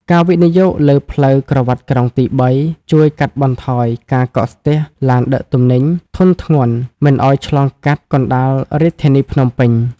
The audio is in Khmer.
ការវិនិយោគលើផ្លូវក្រវាត់ក្រុងទី៣ ជួយកាត់បន្ថយការកកស្ទះឡានដឹកទំនិញធុនធ្ងន់មិនឱ្យឆ្លងកាត់កណ្ដាលរាជធានីភ្នំពេញ។